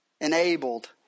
enabled